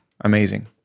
amazing